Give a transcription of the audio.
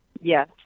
Yes